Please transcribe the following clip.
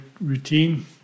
routine